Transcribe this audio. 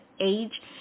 age